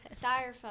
styrofoam